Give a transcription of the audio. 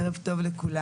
בוקר טוב לכולם.